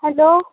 hello